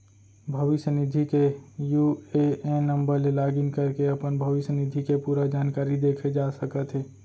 भविस्य निधि के यू.ए.एन नंबर ले लॉगिन करके अपन भविस्य निधि के पूरा जानकारी देखे जा सकत हे